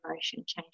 change